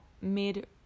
mid